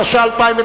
התש"ע 2009,